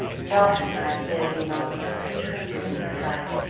and often when i hear ye moan, i trimble in me fright.